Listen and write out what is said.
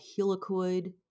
Helicoid